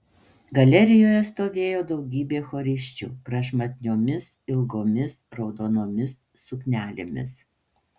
galerijoje stovėjo daugybė chorisčių prašmatniomis ilgomis raudonomis suknelėmis